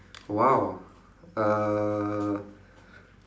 !wow! uh